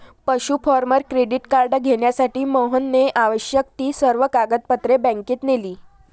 पशु farmer credit card घेण्यासाठी मोहनने आवश्यक ती सर्व कागदपत्रे बँकेत नेली